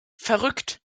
verrückt